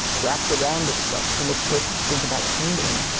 wrapped around itself and we're supposed to think about painting.